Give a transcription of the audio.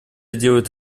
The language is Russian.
делает